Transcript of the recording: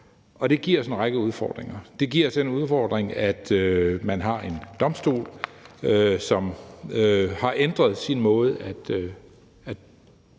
og det giver os en række udfordringer. Vi har den udfordring, at man har en domstol, som har ændret sin måde at